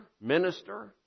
minister